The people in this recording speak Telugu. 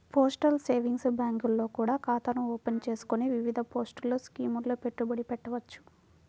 పోస్టల్ సేవింగ్స్ బ్యాంకుల్లో కూడా ఖాతాను ఓపెన్ చేసుకొని వివిధ పోస్టల్ స్కీముల్లో పెట్టుబడి పెట్టవచ్చు